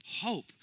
hope